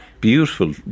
Beautiful